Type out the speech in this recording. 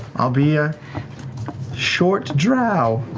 i'll be a short drow.